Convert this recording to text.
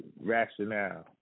rationale